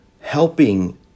helping